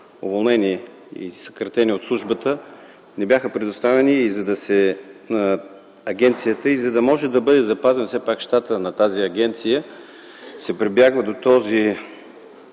уволнени или съкратени от службата, не бяха предоставени на агенцията. За да може да бъде запазен все пак щата на тази агенция, се прибягва до този,